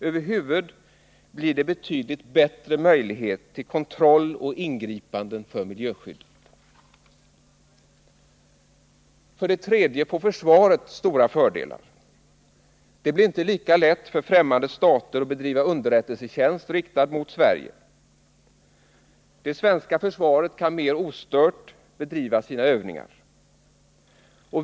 Över huvud blir det betydligt bättre möjlighet till kontroll och ingripanden för miljöskyddet. För det tredje får försvaret stora fördelar. Det blir inte lika lätt för främmande stater att bedriva underrättelsetjänst riktad mot Sverige. Det svenska försvaret kan mera ostört bedriva sina övningar.